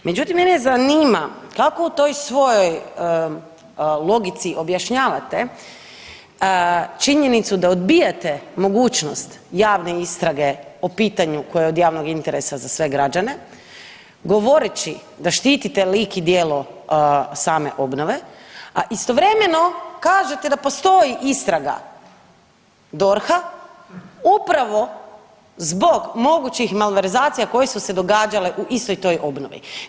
Međutim, mene zanima kako u toj svojoj logici objašnjavate činjenicu da odbijate mogućnost javne istrage o pitanju koje je od javnog interesa za sve građane govoreći da štitite lik i djelo same obnove, a istovremeno kažete da postoji istraga DORH-a upravo zbog mogućih malverzacija koje su se događale u istoj toj obnovi.